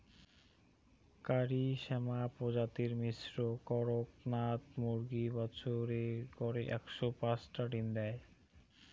কারি শ্যামা প্রজাতির মিশ্র কড়কনাথ মুরগী বছরে গড়ে একশো পাঁচটা ডিম দ্যায়